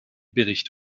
bericht